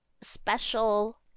special